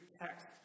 text